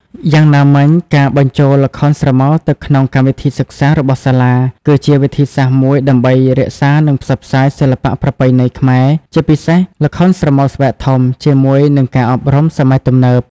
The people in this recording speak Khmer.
យ៉ាងណាមិញការបញ្ចូល ល្ខោនស្រមោលទៅក្នុងកម្មវិធីសិក្សារបស់សាលា គឺជាវិធីសាស្រ្តមួយដើម្បីរក្សា និងផ្សព្វផ្សាយសិល្បៈប្រពៃណីខ្មែរ ជាពិសេសល្ខោនស្រមោលស្បែកធំ ជាមួយ នឹងការអប់រំសម័យទំនើប។